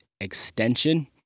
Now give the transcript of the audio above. extension